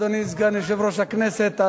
אדוני סגן יושב-ראש הכנסת,